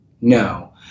No